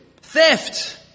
theft